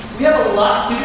we have a lot